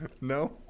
No